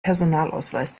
personalausweis